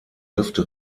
hälfte